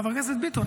חבר הכנסת ביטון,